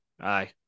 aye